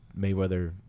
Mayweather